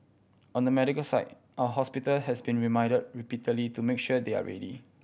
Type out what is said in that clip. on the medical side our hospital has been reminded repeatedly to make sure they are ready